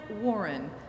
Warren